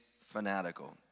fanatical